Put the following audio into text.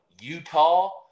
Utah